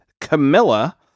Camilla